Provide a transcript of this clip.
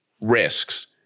risks